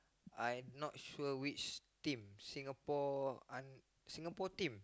I not sure which team Singapore uh Singapore team